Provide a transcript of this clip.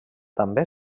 també